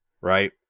right